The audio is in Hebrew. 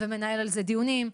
ומנהל על זה דיונים,